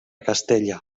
castella